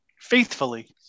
faithfully